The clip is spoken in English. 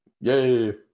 Yay